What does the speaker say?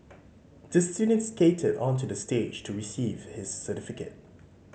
the student skated onto the stage to receive his certificate